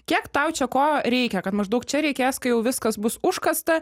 kiek tau čia ko reikia kad maždaug čia reikės kai jau viskas bus užkasta